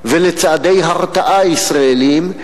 ולצעדי הרתעה ישראליים.